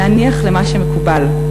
להניח למה שמקובל.